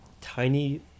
tiny